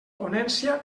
ponència